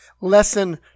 Lesson